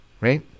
right